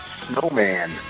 snowman